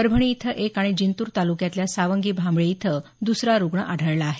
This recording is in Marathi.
परभणी इथं एक आणि जिंतूर तालुक्यातल्या सावंगी भांबळे इथं दुसरा रुग्ण आढळला आहे